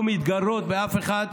לא מתגרות באף אחד,